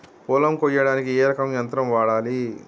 పొలం కొయ్యడానికి ఏ రకం యంత్రం వాడాలి?